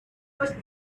must